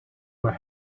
were